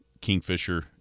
Kingfisher